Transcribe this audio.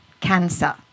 cancer